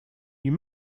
you